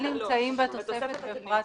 קק"ל ----- בתוספת אתם נמצאים?